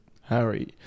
Harry